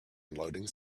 unloading